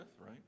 right